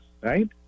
right